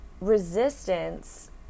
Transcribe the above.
resistance